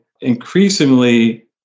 increasingly